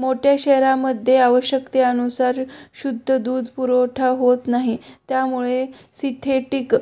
मोठ्या शहरांमध्ये आवश्यकतेनुसार शुद्ध दूध पुरवठा होत नाही त्यामुळे सिंथेटिक